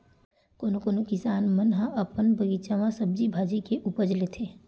कोनो कोनो किसान मन ह अपन बगीचा म सब्जी भाजी के उपज लेथे